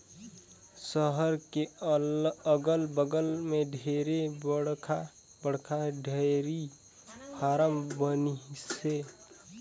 सहर के अगल बगल में ढेरे बड़खा बड़खा डेयरी फारम बनिसे